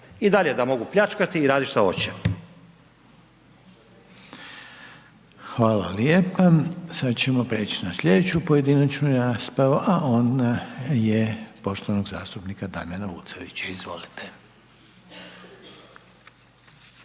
i dalje da mogu pljačkati i radit šta hoće. **Reiner, Željko (HDZ)** Hvala lijepa. Sad ćemo prijeć na slijedeću pojedinačnu raspravu, a ona je poštovanog zastupnika Damjana Vucelića, izvolite.